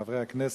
חברי הכנסת,